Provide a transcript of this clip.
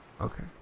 Okay